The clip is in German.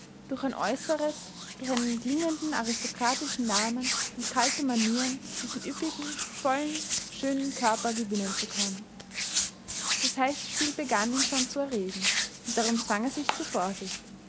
durch ein äußeres durch einen klingenden aristokratischen namen und kalte manieren diesen üppigen vollen schönen körper gewinnen zu können das heiße spiel begann ihn schon zu erregen und darum zwang er sich zur vorsicht